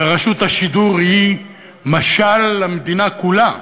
ורשות השידור היא משל למדינה כולה.